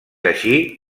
així